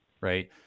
right